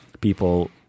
people